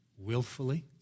willfully